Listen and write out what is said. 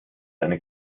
eine